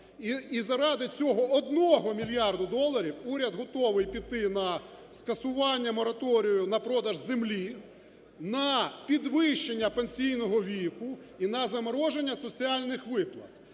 і заради цього 1 мільярду доларів уряд готовий піти на скасування мораторію на продаж землі, на підвищення пенсійного віку і на замороження соціальних виплат,